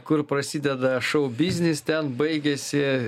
kur prasideda šou biznis ten baigiasi